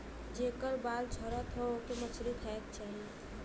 जेकर बाल झरत हौ ओके मछरी खाए के चाही